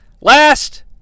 Last